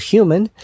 Human